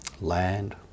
land